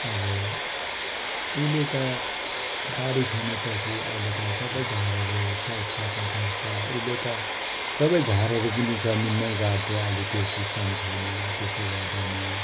अब उहिले त बारी खनेपछि अहिले त सबै झारहरू साइड साइडमा फ्याँक्छ उइले त सबै झारहरू पनि जमिनमै गाड्थ्यो आइले त्यो सिस्टम छैन त्यसो गर्दैन